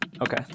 Okay